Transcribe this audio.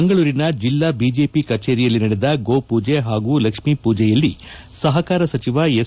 ಮಂಗಳೂರಿನ ಜಿಲ್ಲಾ ಬಿಜೆಪಿ ಕಜೇರಿಯಲ್ಲಿ ನಡೆದ ಗೋಪೂಜೆ ಹಾಗೂ ಲಕ್ಷ್ಮೀ ಪೂಜೆಯಲ್ಲಿ ಸಹಕಾರ ಸಚಿವ ಎಸ್